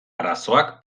arazoak